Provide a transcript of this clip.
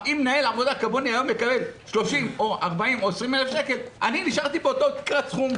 אם מנהל עבודה כמוני היום מקבל 30,000 שקל אני נשארתי באותו סכום.